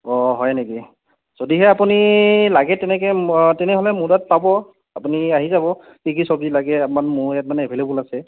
অঁ হয় নেকি যদিহে আপুনি লাগে তেনেকৈ তেনেহ'লে মোৰ তাত পাব আপুনি আহি যাব কি কি চব্জি লাগে মোৰ ইয়াত মানে এভেইলেবোল আছে